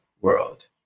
world